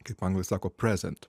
kaip anglai sako present